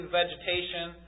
vegetation